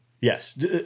Yes